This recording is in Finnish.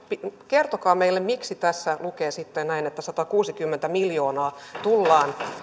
kertokaa meille miksi tässä lukee sitten näin että satakuusikymmentä miljoonaa tullaan